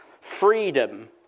freedom